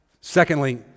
Secondly